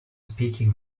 speaking